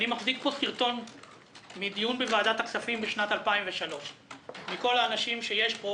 אני מחזיק פה סרטון מדיון בוועדת הכספים בשנת 2003. מכל האנשים שיושבים